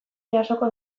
jasoko